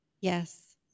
Yes